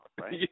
right